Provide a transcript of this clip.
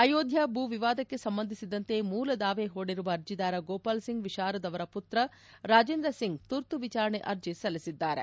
ಅಯೋಧ್ಯಾ ಭೂ ವಿವಾದಕ್ಕೆ ಸಂಬಂಧಿಸಿದಂತೆ ಮೂಲ ದಾವೆ ಹೂಡಿರುವ ಅರ್ಜಿದಾರ ಗೋಪಾಲ್ ಸಿಂಗ್ ವಿಶಾರದ್ ಅವರ ಪುತ್ರ ರಾಜೇಂದ್ರ ಸಿಂಗ್ ತುರ್ತು ವಿಚಾರಣೆ ಅರ್ಜಿ ಸಲ್ಲಿಸಿದ್ದಾರೆ